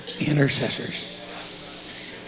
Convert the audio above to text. intercessors